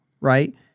Right